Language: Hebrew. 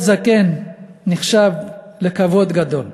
להיות זקן נחשב לכבוד גדול.